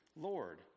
Lord